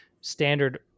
standard